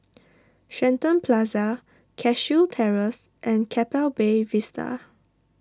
Shenton Plaza Cashew Terrace and Keppel Bay Vista